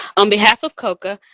on behalf of coca,